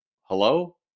hello